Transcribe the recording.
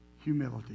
humility